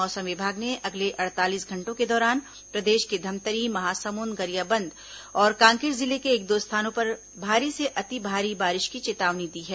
मौसम विभाग ने अगले अड़तालीस घंटों के दौरान प्रदेश के धमतरी महासमुद गरियाबंद और कांकेर जिले के एक दो स्थानों पर भारी से अति भारी बारिश की चेतावनी दी है